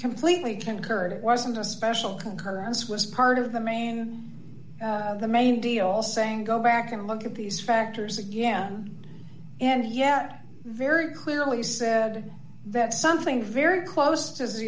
completely concurred it wasn't a special concurrence was part of the main the main deal saying go back and look at these factors again and yet very clearly said that something very close to